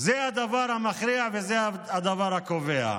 זה הדבר המכריע וזה הדבר הקובע.